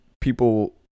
people